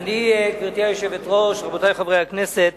גברתי היושבת-ראש, רבותי חברי הכנסת,